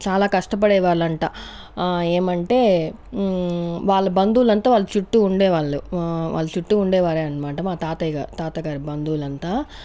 చాలా కష్టపడే వాళ్ళంట ఏమంటే వాళ్ళ బంధువులంత వాళ్ళ చుట్టూ ఉండే వాళ్ళు వాళ్ళ చుట్టూ ఉండేవారే అన్నమాట మా తాతయ్య గా తాతగారి బంధువులంతా